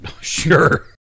Sure